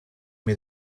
mir